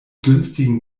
günstigen